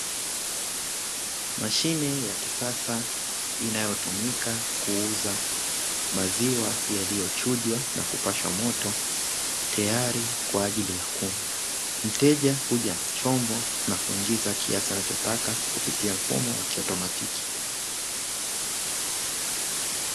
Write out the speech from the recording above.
Mashine ya kisasa inayotumika kuuza maziwa yaliyochujwa na kupashwa moto tayari kwa ajili ya kunywa, mteja huja na chombo na kuingiza kiasi anachotaka kupitia mfumo wa kiautomatiki.